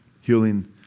healing